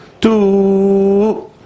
Two